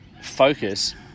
focus